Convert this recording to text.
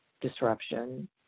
disruption